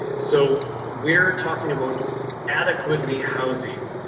so we're talking about adequately housing.